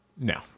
No